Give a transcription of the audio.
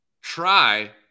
try